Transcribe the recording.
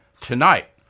tonight